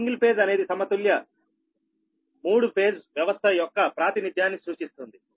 single phase అనేది సమతుల్య 3 phase వ్యవస్థ యొక్క ప్రాతినిధ్యాన్ని సూచిస్తుంది